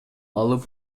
алып